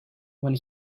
when